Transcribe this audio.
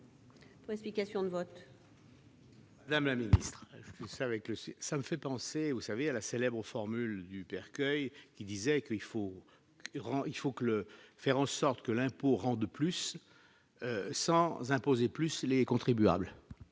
pour explication de vote. Madame la ministre, tout cela me fait penser à la célèbre formule du père Queuille, selon laquelle il faut faire en sorte que l'impôt rende plus sans imposer plus les contribuables